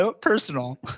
Personal